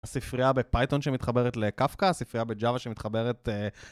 ספרייה בפייטון שמתחברת לקפקא, ספרייה בג'אווה שמתחברת...